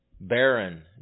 barren